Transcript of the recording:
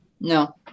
No